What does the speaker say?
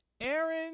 Aaron